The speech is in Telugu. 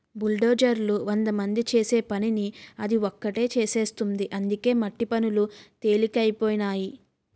బుల్డోజర్లు వందమంది చేసే పనిని అది ఒకటే చేసేస్తుంది అందుకే మట్టి పనులు తెలికైపోనాయి